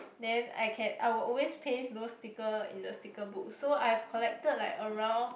then I can I will always paste those sticker in the sticker book so I have collected like around